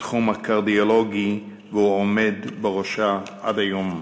בתחום הקרדיולוגי, והוא עומד בראשה עד היום.